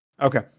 Okay